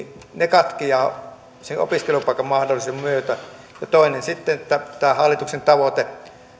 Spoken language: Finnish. katkeavat sen opiskelupaikan mahdollisuuden myötä toinen on tämä hallituksen tavoite